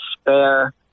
spare